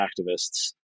activists